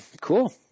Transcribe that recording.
cool